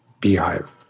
beehive